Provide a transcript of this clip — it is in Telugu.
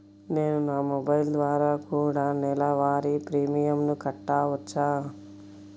నేను నా మొబైల్ ద్వారా కూడ నెల వారి ప్రీమియంను కట్టావచ్చా?